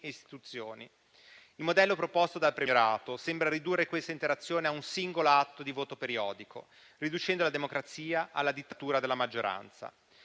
e istituzioni. Il modello proposto del premierato sembra ridurre questa interazione a un singolo atto di voto periodico, riducendo la democrazia alla dittatura della maggioranza.